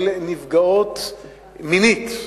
של נפגעות מינית,